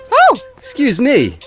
so excuse me.